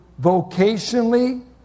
vocationally